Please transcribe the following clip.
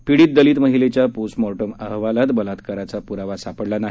पीडित दलित महिलेच्या पोस्ट मॉर्टेम अहवालात बलात्काराचा पुरावा सापडला नाही